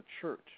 church